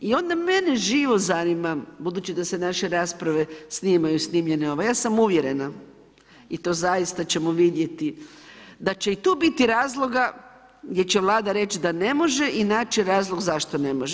I onda mene živo zanima, budući da se naše rasprave snimaju, ja sam uvjerena i to zaista ćemo vidjeti, da će i tu biti razloga gdje će Vlada reći da ne može i naći će razlog zašto ne može.